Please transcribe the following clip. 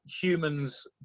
humans